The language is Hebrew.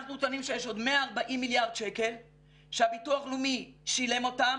אנחנו טוענים שיש עוד 140 מיליארד שקל שהביטוח הלאומי שילם אותם